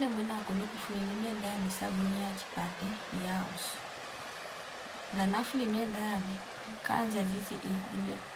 Ne mwina kundu kufywelu miyenda ni sabuni ya chipande iyahusu ngana fuli miyendani nkanzia chichiii linge